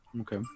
Okay